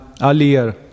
earlier